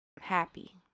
happy